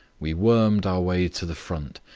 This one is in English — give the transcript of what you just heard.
we wormed our way to the front,